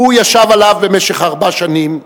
והוא ישב עליו במשך ארבע שנים,